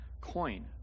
coin